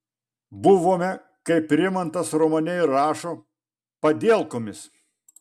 buvome kaip rimantas romane ir rašo padielkomis